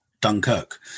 Dunkirk